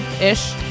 ish